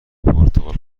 پرتقال